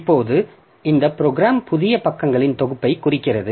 இப்போது இந்த ப்ரோக்ராம் புதிய பக்கங்களின் தொகுப்பைக் குறிக்கிறது